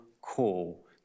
call